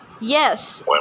Yes